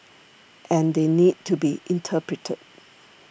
and they need to be interpreted